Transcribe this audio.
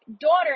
daughter